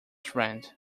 friend